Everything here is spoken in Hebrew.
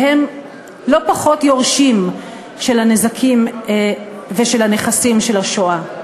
והם לא פחות יורשים של הנזקים ושל הנכסים של השואה.